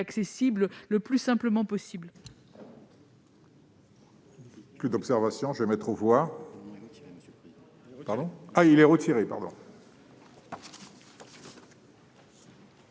le plus rapidement possible.